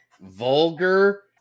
vulgar